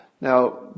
Now